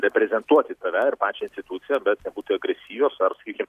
reprezentuoti tave ir pačią situaciją bet nebūti agresyvios ar sakykim